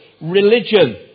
religion